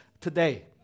today